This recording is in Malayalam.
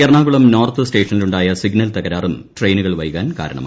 എറണാകുളം നോർത്ത് സ്റ്റേഷനിലുണ്ടായ സിഗ്നൽ തകരാറും ട്രെയിനുകൾ വൈകാൻ കാരണമായി